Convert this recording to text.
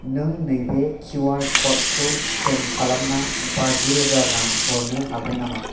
नों नैबे किउआर कडखौ स्केन खालामना बाजि रोजा रां हरनो हागोन नामा